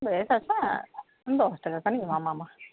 ᱫᱚᱥ ᱴᱟᱠᱟ ᱜᱟᱱᱤᱧ ᱮᱢᱟᱢᱟ ᱢᱟ